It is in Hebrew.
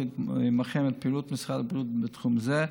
עימכם את פעילות משרד הבריאות בתחום זה.